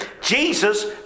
Jesus